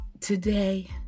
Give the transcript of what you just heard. today